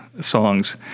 songs